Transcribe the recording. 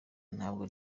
ntabwo